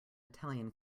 italian